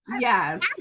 Yes